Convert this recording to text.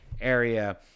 area